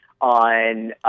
on